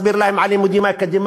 מסביר שם על לימודים אקדמיים,